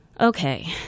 Okay